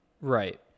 Right